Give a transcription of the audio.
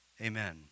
Amen